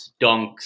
dunks